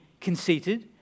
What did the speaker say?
conceited